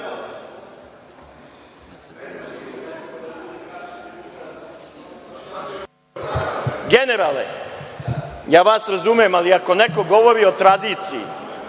Generale, ja vas razumem, ali ako neko govori o tradiciji,